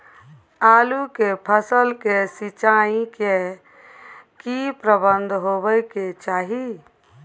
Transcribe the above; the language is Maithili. आलू के फसल के सिंचाई के की प्रबंध होबय के चाही?